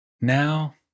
now